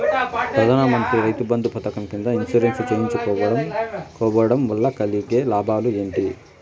ప్రధాన మంత్రి రైతు బంధు పథకం కింద ఇన్సూరెన్సు చేయించుకోవడం కోవడం వల్ల కలిగే లాభాలు ఏంటి?